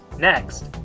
next,